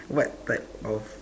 what type of